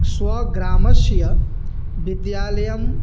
स्व ग्रामस्य विद्यालयम्